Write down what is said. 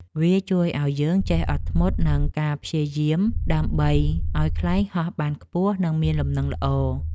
វាជួយឱ្យយើងចេះអត់ធ្មត់ និងការព្យាយាមដើម្បីឱ្យខ្លែងហោះបានខ្ពស់ និងមានលំនឹងល្អ។